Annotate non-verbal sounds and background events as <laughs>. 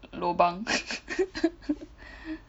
lobang <laughs>